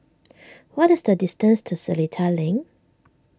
what is the distance to Seletar Link